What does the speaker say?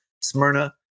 Smyrna